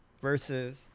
versus